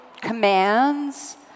commands